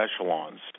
echelons